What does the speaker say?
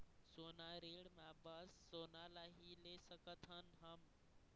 सोना ऋण मा बस सोना ला ही ले सकत हन हम?